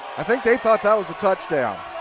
i think they thought that was a touchdown.